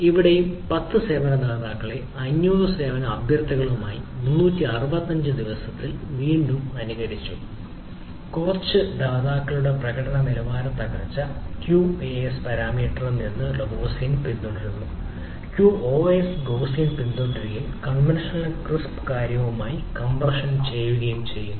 ഇവിടെയും 10 സേവന ദാതാക്കളെ 500 സേവന അഭ്യർത്ഥനകളുമായി 365 ദിവസത്തിൽ വീണ്ടും അനുകരിച്ചു കുറച്ച് ദാതാക്കളുടെ പ്രകടന നിലവാരത്തകർച്ച QaS പാരാമീറ്റർ ഒരു ഗോസിയൻ പിന്തുടരുന്നു QoS ഗോസിയൻ പിന്തുടരുകയും കൺവെൻഷനൽ ക്രിസ്പ് കാര്യവുമായി കംപ്രഷൻ ചെയ്യുകയും ചെയ്യുന്നു